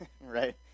right